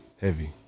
Heavy